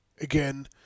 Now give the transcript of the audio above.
again